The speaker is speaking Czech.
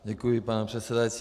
Děkuji, pane předsedající.